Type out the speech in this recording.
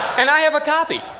and i have a copy.